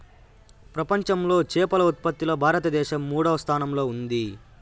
ప్రపంచంలో చేపల ఉత్పత్తిలో భారతదేశం మూడవ స్థానంలో ఉంది